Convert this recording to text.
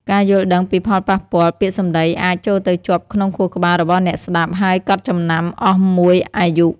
ការយល់ដឹងពីផលប៉ះពាល់ ពាក្យសម្ដីអាច ចូលទៅជាប់ក្នុងខួរក្បាលរបស់អ្នកស្តាប់ ហើយកត់ចំណាំអស់មួយអាយុ។